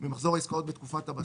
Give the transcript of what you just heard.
ממחזור העסקאות בתקופת הבסיס,